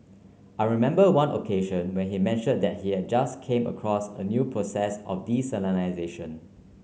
I remember one occasion when he mentioned that he had just came across a new process of desalination